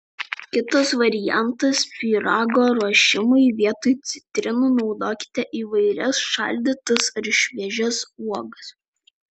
kitas variantas pyrago ruošimui vietoj citrinų naudokite įvairias šaldytas ar šviežias uogas